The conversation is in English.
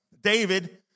David